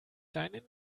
seinen